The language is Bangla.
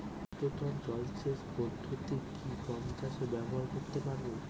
পৃষ্ঠতল জলসেচ পদ্ধতি কি গম চাষে ব্যবহার করতে পারব?